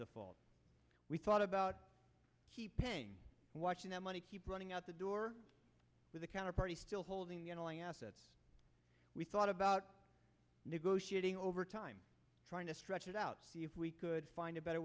default we thought about keeping watching that money keep running out the door with the counterparty still holding the underlying assets we thought about negotiating over time trying to stretch it out if we could find a better